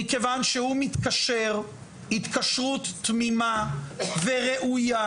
מכיוון שהוא מתקשר התקשרות תמימה וראויה,